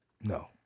No